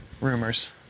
rumors